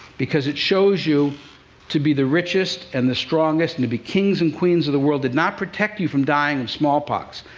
because it shows you to be the richest and the strongest, and to be kings and queens of the world, did not protect you from dying of smallpox.